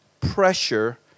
pressure